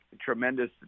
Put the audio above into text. tremendous